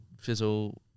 Fizzle